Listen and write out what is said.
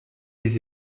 les